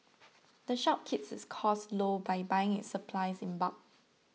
the shop keeps its costs low by buying its supplies in bulk